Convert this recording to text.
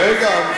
רגע.